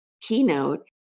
keynote